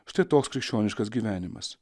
štai toks krikščioniškas gyvenimas